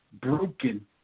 broken